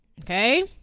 Okay